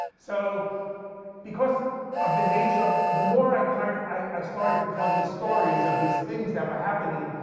so because of the nature of, the more i kind of i started to tell these stories of these things that were happening,